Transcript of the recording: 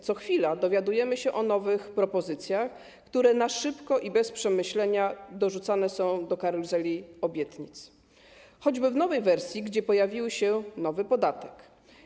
Co chwila dowiadujemy się o nowym propozycjach, które szybko i bez przemyślenia dorzucane są do karuzeli obietnic, choćby w nowej wersji, gdzie pojawił się nowy podatek.